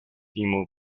demo